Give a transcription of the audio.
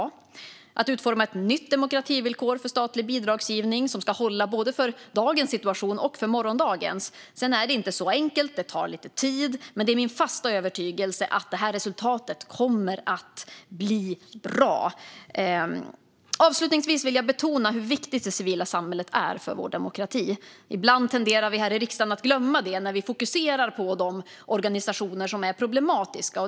Nu ska vi utforma ett nytt demokrativillkor för statlig bidragsgivning som ska hålla både för dagens situation och för morgondagens. Det är inte så enkelt, och det tar lite tid. Men det är min fasta övertygelse att resultatet kommer att bli bra. Avslutningsvis vill jag betona hur viktigt det civila samhället är för vår demokrati. Ibland tenderar vi här i riksdagen att glömma det när vi fokuserar på de organisationer som är problematiska.